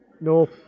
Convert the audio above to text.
No